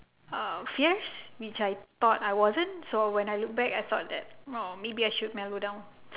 err fierce which I thought I wasn't so when I look back I thought that orh maybe I should mellow down